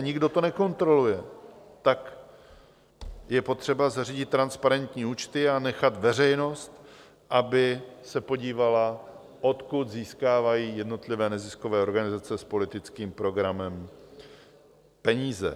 Nikdo to nekontroluje, tak je potřeba zařídit transparentní účty a nechat veřejnost, aby se podívala, odkud získávají jednotlivé neziskové organizace s politickým programem peníze.